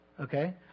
okay